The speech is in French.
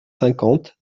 cinquante